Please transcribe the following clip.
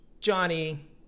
Johnny